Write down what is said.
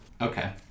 Okay